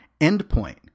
endpoint